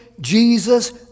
Jesus